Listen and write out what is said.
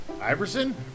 Iverson